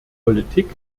politik